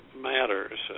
matters